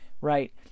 right